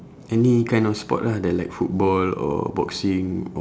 any kind of sport lah that like football or boxing or